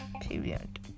period